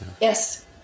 Yes